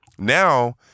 Now